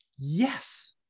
Yes